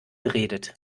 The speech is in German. geredet